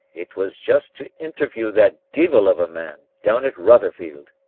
it was just to interview that deevil of a man down at rotherfield.